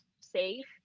safe